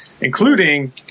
including